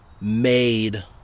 made